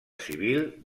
civil